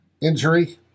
injury